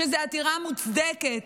שזו עתירה מוצדקת,